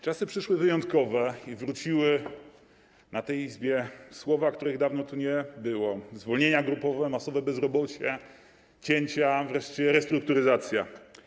Czasy przyszły wyjątkowe i wróciły w tej Izbie słowa, których dawno tu nie było: zwolnienia grupowe, masowe bezrobocie, cięcia, wreszcie restrukturyzacja.